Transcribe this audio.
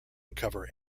uncover